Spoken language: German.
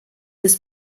des